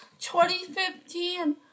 2015